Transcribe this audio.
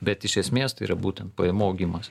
bet iš esmės tai yra būtent pajamų augimas